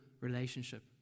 relationship